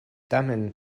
tamen